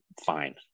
fine